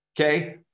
Okay